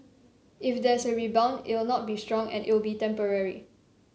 if there's a rebound it'll not be strong and it'll be temporary